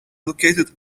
located